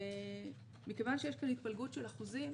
מכיוון שיש פה התפלגות של אחוזים,